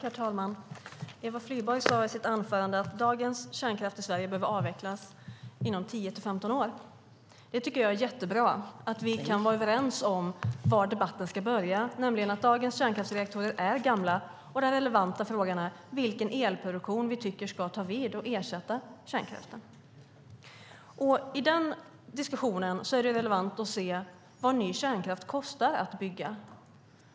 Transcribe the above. Herr talman! Eva Flyborg sade i sitt anförande att dagens kärnkraft i Sverige behöver avvecklas inom 10-15 år. Jag tycker att det är jättebra att vi kan vara överens om var debatten ska börja, nämligen att dagens kärnkraftsreaktorer är gamla och att den relevanta frågan är vilken elproduktion vi tycker ska ta vid och ersätta kärnkraften. I denna diskussion är det relevant att se vad ny kärnkraft kostar att bygga.